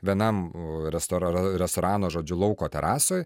vienam restora restorano žodžiu lauko terasoj